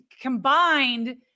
combined